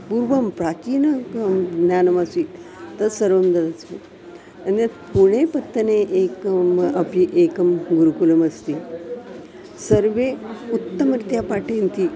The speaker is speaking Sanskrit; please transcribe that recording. पूर्वं प्राचीनं गं ज्ञानमासीत् तत्सर्वं ददाति स्म अन्यत् पुण्यपत्तने एकम् अपि एकं गुरुकुलमस्ति सर्वे उत्तमरीत्या पाठयन्ति